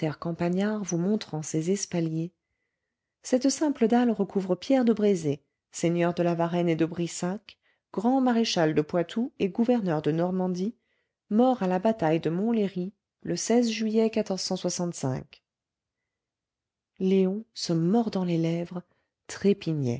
campagnard vous montrant ses espaliers cette simple dalle recouvre pierre de brézé seigneur de la varenne et de brissac grand maréchal de poitou et gouverneur de normandie mort à la bataille de montlhéry le juillet léon se mordant les lèvres